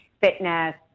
fitness